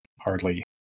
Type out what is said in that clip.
hardly